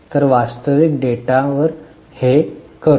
तर वास्तविक डेटा वर हे करू